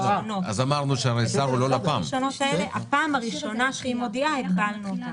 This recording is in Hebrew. בפעם הראשונה שהיא מודיעה הגבלנו אותה,